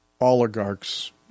oligarchs